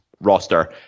roster